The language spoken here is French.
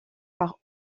par